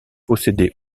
possédait